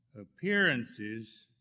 appearances